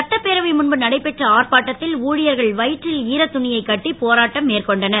சட்டப்பேரவை முன்பு நடைபெற்ற ஆர்ப்பாட்டத்தில் ஊழியர்கள் வயிற்றில் ஈரத் துணியைக் கட்டி போராட்டம் மேற்கொண்டனர்